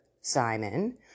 Simon